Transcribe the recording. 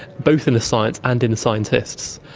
both in the science and in the scientists,